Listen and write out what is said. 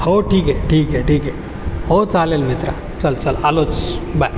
हो ठीक आहे ठीक आहे ठीक आहे हो चालेल मित्रा चल चल आलोच बाय